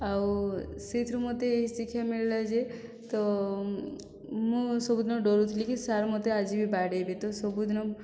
ଆଉ ସେଇଥିରୁ ମୋତେ ଏହି ଶିକ୍ଷା ମିଳିଲା ଯେ ତ ମୁଁ ସବୁଦିନ ଡ଼ରୁଥିଲି କି ସାର୍ ମୋତେ ଆଜି ବି ବାଡ଼େଇବେ ତ ସବୁଦିନ